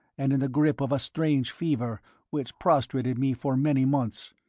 and in the grip of a strange fever which prostrated me for many months,